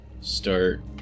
start